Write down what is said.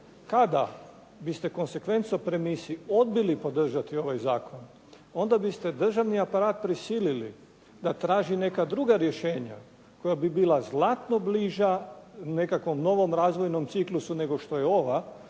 Kada bi ste konsekvencu o premisi odbili podržati ovaj zakon, onda biste državni aparat prisilili da traži neka druga rješenja koja bi bila znatno bliža nekakvom novom razvojnom ciklusu nego što je ova,